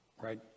right